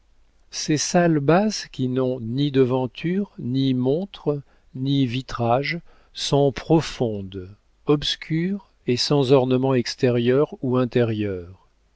ces salles basses qui n'ont ni devanture ni montre ni vitrages sont profondes obscures et sans ornements extérieurs ou intérieurs